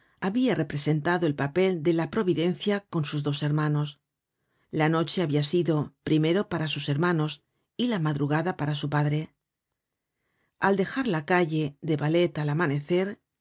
habia representado el papel de la providencia con sus dos hermanos la noche habia sido primero para sus hermanos y la madrugada para su padre al dejar la calle de ballets al amanecer